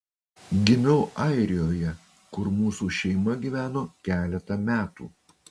gimiau airijoje kur mūsų šeima gyveno keletą metų